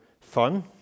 fun